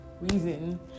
reason